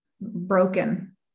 broken